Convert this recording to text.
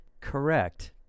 Correct